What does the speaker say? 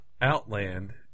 Outland